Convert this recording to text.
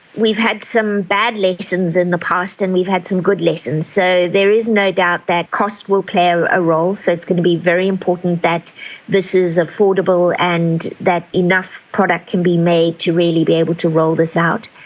we've had some bad lessons in the past and we've had some good lessons. so there is no doubt that cost will play a role. so it's going to be very important that this is affordable and that enough product can be made to really be able to roll this out.